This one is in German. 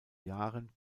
jahren